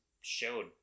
showed